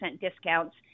discounts